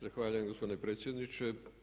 Zahvaljujem gospodine predsjedniče.